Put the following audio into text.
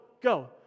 go